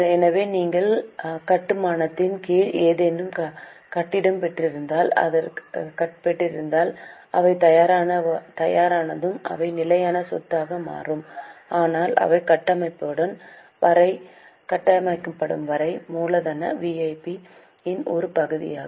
எனவே நீங்கள் கட்டுமானத்தின் கீழ் ஏதேனும் கட்டிடம் பெற்றிருந்தால் அவை தயாரானதும் அவை நிலையான சொத்தாக மாறும் ஆனால் அவை கட்டமைக்கப்படும் வரை அவை மூலதன WIP இன் ஒரு பகுதியாகும்